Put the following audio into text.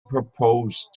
proposed